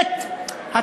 דבר שני,